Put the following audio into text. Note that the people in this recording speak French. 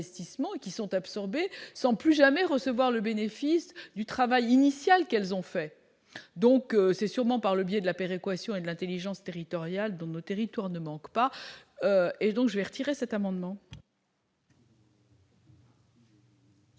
qui sont absorbées sans plus jamais recevoir le bénéfice du travail initial qu'elles ont fait, donc c'est sûrement par le biais de la péréquation et de l'Intelligence territoriale dans le territoire ne manquent pas et donc je vais retirer cet amendement.